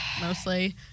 mostly